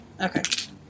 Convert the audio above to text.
Okay